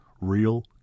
Real